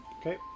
Okay